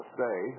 stay